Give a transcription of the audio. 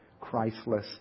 Christless